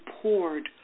poured